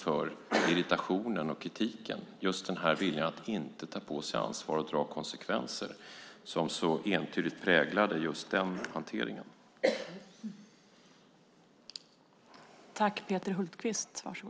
Just den här viljan att inte ta på sig ansvaret och dra konsekvenser präglade entydigt den hanteringen och var en grund för irritationen och kritiken.